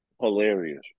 Hilarious